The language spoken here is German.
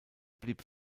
blieb